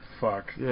Fuck